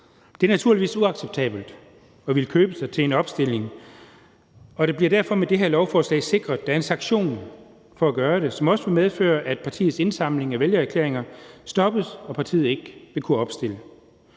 Det er naturligvis uacceptabelt at ville købe sig til en opstilling, og det bliver derfor med det her lovforslag sikret, at der er en sanktion for at gøre det, som også vil medføre, at partiets indsamling af vælgererklæringer stoppes, og at partiet ikke vil kunne opstille.